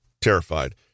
Terrified